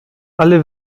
alle